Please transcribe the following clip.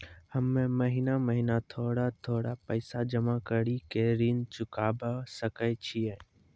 हम्मे महीना महीना थोड़ा थोड़ा पैसा जमा कड़ी के ऋण चुकाबै सकय छियै?